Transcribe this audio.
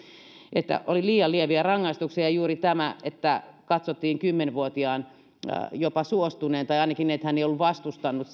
että oli liian lieviä rangaistuksia ja juuri tätä että katsottiin kymmenen vuotiaan jopa suostuneen seksiin tai ainakin että hän ei ollut vastustanut